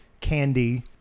candy